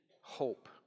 hope